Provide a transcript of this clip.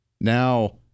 Now